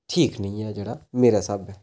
ठीक नेईं ऐ जेह्ड़ा मेरे स्हाबें